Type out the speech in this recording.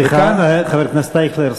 חבר הכנסת אייכלר,